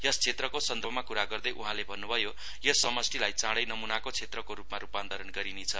यस क्षेत्रको सन्दर्भमा कुरा गर्दै उहाँले भन्नुभयो यस समष्टिलाई चाडै नमूनाको क्षेत्रको रूपमा रूपान्तरण गरिनेछ